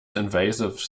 invasive